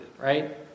right